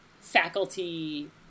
faculty